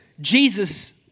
Jesus